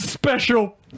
SPECIAL